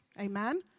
amen